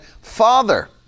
father